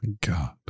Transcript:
God